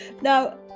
Now